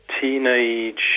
teenage